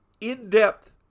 in-depth